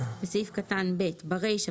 בסעיף קטן (ב) ברישה,